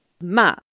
Ma